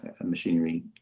machinery